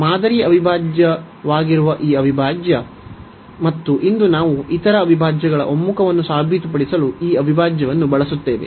ಮಾದರಿ ಅವಿಭಾಜ್ಯವಾಗಿರುವ ಈ ಅವಿಭಾಜ್ಯ ಮತ್ತು ಇಂದು ನಾವು ಇತರ ಅವಿಭಾಜ್ಯಗಳ ಒಮ್ಮುಖವನ್ನು ಸಾಬೀತುಪಡಿಸಲು ಈ ಅವಿಭಾಜ್ಯವನ್ನು ಬಳಸುತ್ತೇವೆ